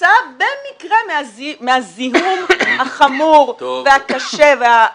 כתוצאה מהזיהום החמור והקשה -- טוב,